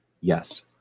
Yes